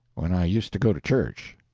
when i used to go to church.